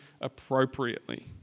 appropriately